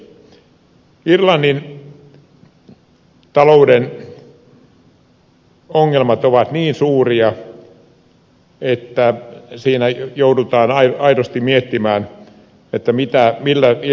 irlannin talouden ongelmat ovat niin suuria että siinä joudutaan aidosti miettimään millä irlanti selviää